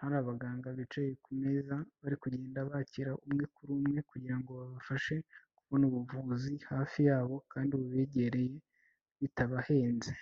hari abaganga bicaye ku meza, bari kugenda bakira umwe kuri umwe, kugira ngo babafashe kubona ubuvuzi hafi yabo, kandi bubegereye bitabahenze.